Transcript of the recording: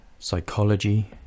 psychology